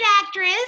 actress